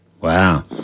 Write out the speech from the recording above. Wow